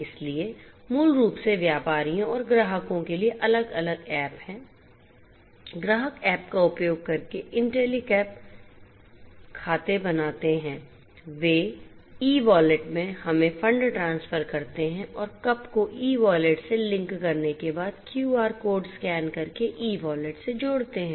इसलिए मूल रूप से व्यापारियों और ग्राहकों के लिए अलग अलग ऐप हैं ग्राहक ऐप का उपयोग करके इंटेलीकपस्कैन करके ई वॉलेट से जोड़ते हैं